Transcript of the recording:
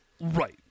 Right